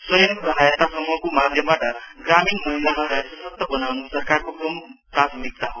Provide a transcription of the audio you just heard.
स्वयम सहयता समूहको माध्यामबाट ग्रामीण महिलाहरुलाई सशक्त बनाउनु सरकारको प्रमुख प्रथामिकता हो